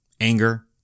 Anger